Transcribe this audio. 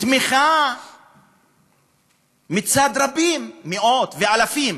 תמיכה מצד רבים, מאות ואלפים.